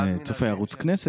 גם ככה הוא נהנה מזה.